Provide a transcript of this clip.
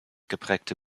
geprägte